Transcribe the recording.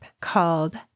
called